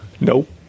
Nope